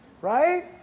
right